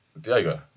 Diego